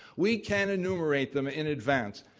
we can enumerate them in advance,